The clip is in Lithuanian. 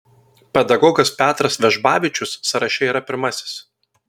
pedagogas petras vežbavičius sąraše yra pirmasis